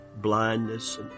blindness